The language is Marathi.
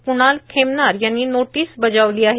क्णाल खेमनार यांनी नोटोस बजावलो आहे